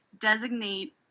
designate